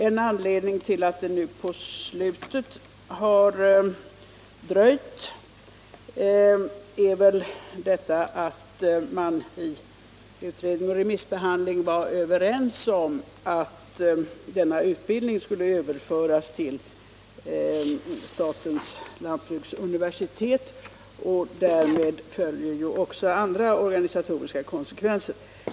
En anledning till att det nu på slutet har dröjt är väl att utredningen och remissinstanserna var överens om att denna utbildning skulle överföras till Sveriges lantbruksuniversitet. Därav följer ju också andra organisatoriska konsekvenser.